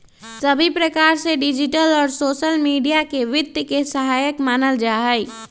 सभी प्रकार से डिजिटल और सोसल मीडिया के वित्त के सहायक मानल जाहई